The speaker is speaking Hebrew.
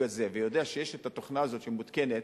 הזה ויודע שיש התוכנה הזאת שמותקנת,